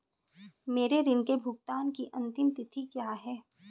मेरे ऋण के भुगतान की अंतिम तिथि क्या है?